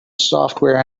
software